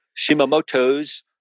Shimamoto's